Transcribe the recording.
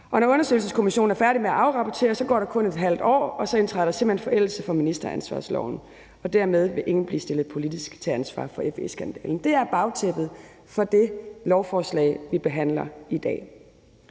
Når undersøgelseskommissionen er færdig med at afrapportere, går der kun et halvt år, og så træder indtræder der simpelt hen forældelse efter ministeransvarlighedsloven, og dermed vil ingen blive stillet politisk til ansvar for FE-skandalen. Det er bagtæppet for det lovforslag, vi behandler i dag.